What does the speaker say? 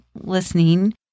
listening